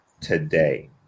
today